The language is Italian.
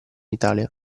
italia